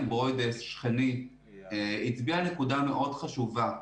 ברוידא שכני הצביע על נקודה מאוד חשובה.